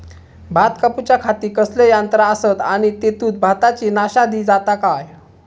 भात कापूच्या खाती कसले यांत्रा आसत आणि तेतुत भाताची नाशादी जाता काय?